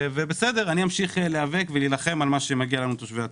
אמשיך להיאבק ולהילחם על מה שמגיע לתושבי הצפון.